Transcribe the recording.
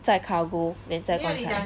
载 cargo then 载棺材